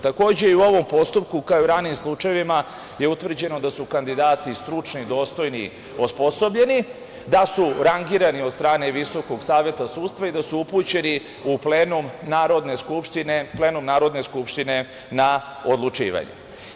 Takođe i u ovom postupku, kao u ranijim slučajevima, je utvrđeno da su kandidati i stručni, dostojni i osposobljeni, da su rangirani od strane Visokog saveta sudstva i da su upućeni u plenum Narodne skupštine na odlučivanje.